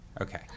Okay